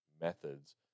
methods